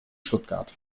stuttgart